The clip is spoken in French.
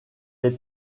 est